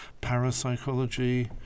parapsychology